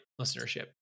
listenership